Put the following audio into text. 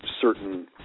certain